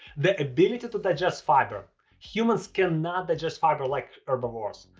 the ability to to digest fiber humans cannot digest fiber like herbivores,